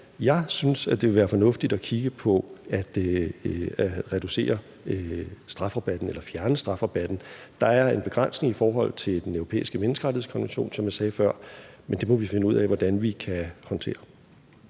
Jeg synes, at det vil være fornuftigt at kigge på at reducere strafrabatten eller fjerne strafrabatten. Der er en begrænsning i forhold til Den Europæiske Menneskerettighedskonvention – som jeg sagde før – men det må vi finde ud af hvordan vi kan håndtere.